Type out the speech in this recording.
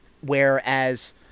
whereas